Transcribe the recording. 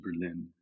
Berlin